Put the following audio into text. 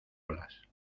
olas